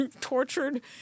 tortured